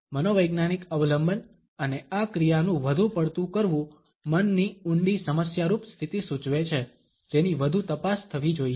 મનોવૈજ્ઞાનિક અવલંબન અને આ ક્રિયાનું વધુ પડતું કરવું મનની ઊંડી સમસ્યારૂપ સ્થિતિ સૂચવે છે જેની વધુ તપાસ થવી જોઈએ